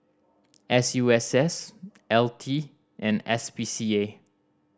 S U S S L T and S P C A